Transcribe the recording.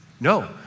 No